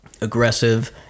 aggressive